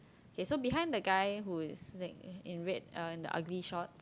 K so behind the guy who is like in red uh in the ugly short